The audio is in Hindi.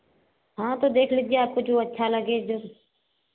हाँ तो देख लीजिए आपको जो अच्छा लगे जो